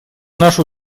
нашу